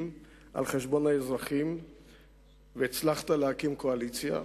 על חשבון האזרחים והצלחת להקים קואליציה.